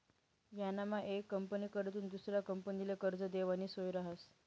यानामा येक कंपनीकडथून दुसरा कंपनीले कर्ज देवानी सोय रहास